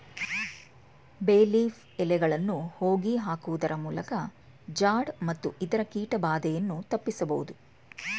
ಬೇ ಲೀಫ್ ಎಲೆಗಳನ್ನು ಹೋಗಿ ಹಾಕುವುದರಮೂಲಕ ಜಾಡ್ ಮತ್ತು ಇತರ ಕೀಟ ಬಾಧೆಯನ್ನು ತಪ್ಪಿಸಬೋದು